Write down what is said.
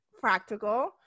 practical